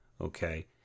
Okay